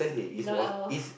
lot of